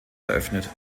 eröffnet